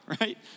right